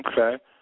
Okay